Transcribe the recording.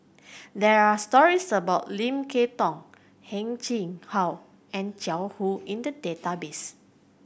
there are stories about Lim Kay Tong Heng Chee How and Jiang Hu in the database